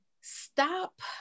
stop